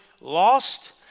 lost